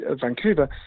Vancouver